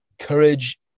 Courage